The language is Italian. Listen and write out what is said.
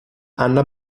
anna